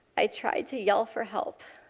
i tried to yell for help.